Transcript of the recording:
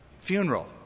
funeral